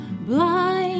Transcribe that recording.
blind